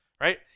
right